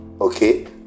okay